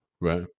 Right